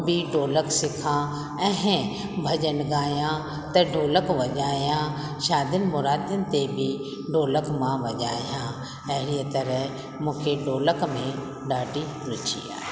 बि ढोलकु सिखां ऐं भॼनु ॻायां त ढोलकु वॼायां शादियुनि मुरदियुनि ते बि ढोलकु मां वॼायां ऐं अहिड़ीअ तरह मूंखे ढोलक में ॾाढी रुची आहे